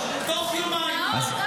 נוספות, תוך יומיים הוא יענה.